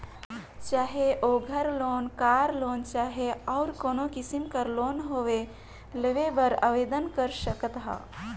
चाहे ओघर loan, car loan चहे अउ कोनो किसिम कर लोन होए लेय बर आबेदन कर सकत ह